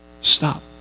Stop